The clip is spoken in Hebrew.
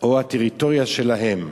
או מהטריטוריות שלהם.